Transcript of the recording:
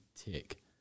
tick